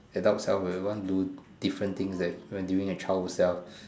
adult self will want to different things than when being a child self